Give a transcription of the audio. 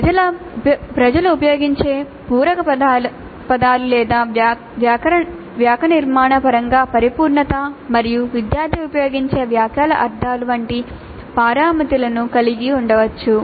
ప్రజలు ఉపయోగించే పూరక పదాలు లేదా వాక్యనిర్మాణ పరంగా పరిపూర్ణత మరియు విద్యార్థి ఉపయోగించే వాక్యాల అర్థాలు వంటి పారామితులను కలిగి ఉండవచ్చు